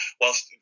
whilst